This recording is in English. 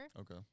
Okay